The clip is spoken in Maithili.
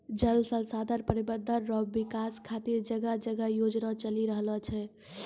जल संसाधन प्रबंधन रो विकास खातीर जगह जगह योजना चलि रहलो छै